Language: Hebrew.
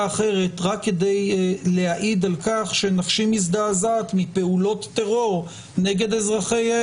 אחרת רק כדי להעיד על כך שנפשי מזדעזעת מפעולות טרור נגד אזרחי ישראל.